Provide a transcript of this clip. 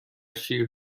شیر